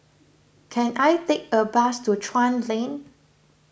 can I take a bus to Chuan Lane